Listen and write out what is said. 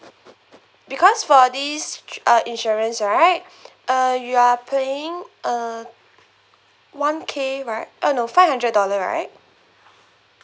because for this uh insurance right uh you are paying uh one K right uh no five hundred dollar right